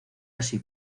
así